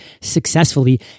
successfully